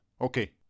Okay